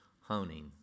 honing